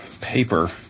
paper